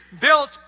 built